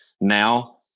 Now